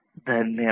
धन्यवाद